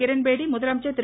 கிரண்பேடி முதலமைச்சர் திரு